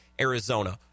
Arizona